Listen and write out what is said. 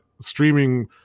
streaming